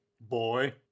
Boy